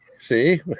See